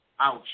ouch